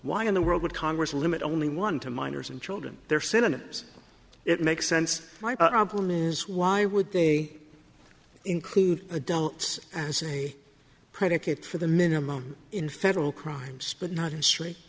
why in the world would congress limit only one to minors and children there synonyms it makes sense my problem is why would they include adults as a predicate for the minimum in federal crimes but not history